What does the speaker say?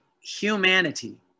humanity